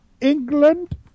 England